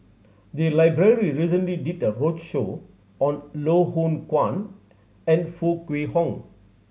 the library recently did a roadshow on Loh Hoong Kwan and Foo Kwee Horng